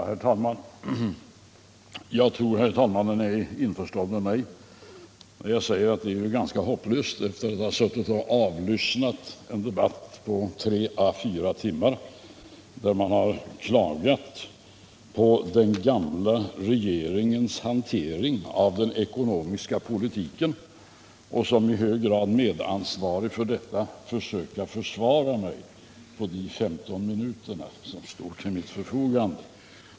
Herr talman! Jag tror herr talmannen är införstådd med mig när jag säger att det är ganska hopplöst för mig att efter att ha avlyssnat en debatt på tre fyra timmar, där man klagat på den gamla regeringens hantering av den ekonomiska politiken, och som i hög grad medansvarig för denna politik försöka försvara mig på de 15 minuter som står till mitt förfogande.